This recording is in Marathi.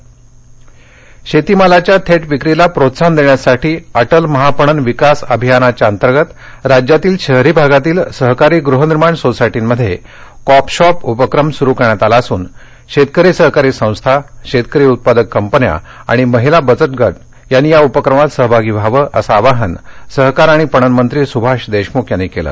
कॉप शॉप शेतीमालाच्या थेट विक्रीला प्रोत्साहन देण्यासाठी अटल महापणन विकास अभियानाअंतर्गत राज्यातील शहरी भागातील सहकारी गृहनिर्माण सोसायटींमध्ये कॉप शॉप उपक्रम सुरू करण्यात आला असून शेतकरी सहकारी संस्था शेतकरी उत्पादक कंपन्या आणि महिला बचतगट यांनी या उपक्रमात सहभागी व्हावं असं आवाहन सहकार आणि पणन मंत्री सुभाष देशमुख यांनी केलं